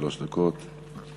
שלוש דקות.